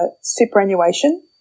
superannuation